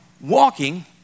walking